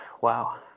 Wow